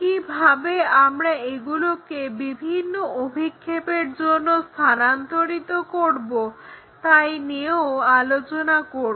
কিভাবে আমরা এগুলোকে বিভিন্ন অভিক্ষেপের জন্য স্থানান্তরিত করব তাই নিয়েও আলোচনা করব